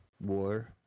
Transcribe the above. war